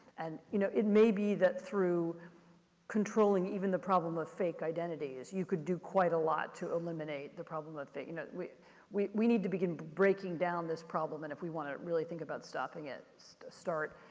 and you know, it may be that through controlling even the problem of fake identities, you could do quite a lot to eliminate the problem of fake. you know we we we need to begin breaking down this problem, and if we want to really think about stopping it, start,